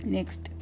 Next